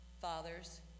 fathers